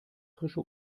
frische